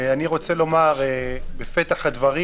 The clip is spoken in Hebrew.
בפתח הדברים